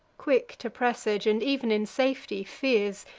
quick to presage, and ev'n in safety fears.